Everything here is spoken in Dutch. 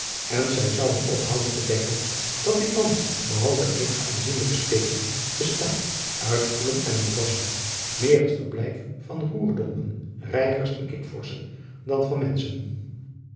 en zij zouden ophouden te denken dat dit land behalve eenige aanzienlijke steden bestaat uit poelen en moerasfen meer het verblijf van roerdompen reigers en kikvorschen dan van menschen